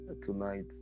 tonight